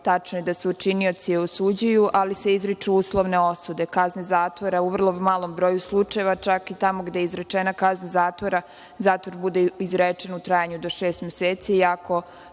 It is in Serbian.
Tačno je da su činioci osuđuju, ali se izriču uslovne osude, kazne zatvora u vrlo malom broju slučajeva, čak i tamo gde je izrečena kazna zatvora, zatvor bude izrečen u trajanju do šest meseci, iako